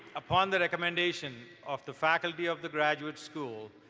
upon the recommendation of the faculty of the graduate school,